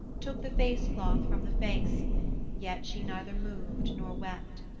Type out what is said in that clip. took the face-cloth from the face yet she neither moved nor wept.